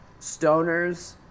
stoners